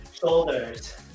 shoulders